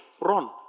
Run